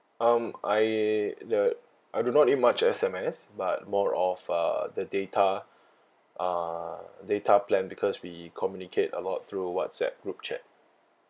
um I the I do not need much S_M_S but more of uh the data uh data plan because we communicate a lot through whatsapp group chat